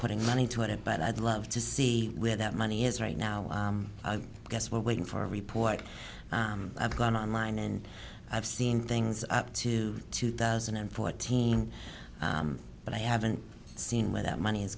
putting money into it but i'd love to see where that money is right now i guess we're waiting for a report i've gone online and i've seen things up to two thousand and fourteen but i haven't seen where that money